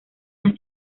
las